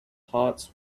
hearts